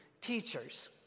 teachers